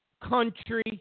country